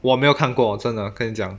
我没有看过我真的我跟你讲